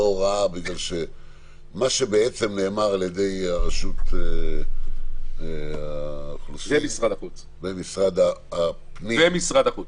שבעצם נאמר על ידי רשות האוכלוסין ומשרד החוץ